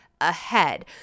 ahead